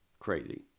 crazy